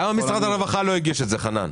למה משרד הרווחה לא הגיש את זה, חנן?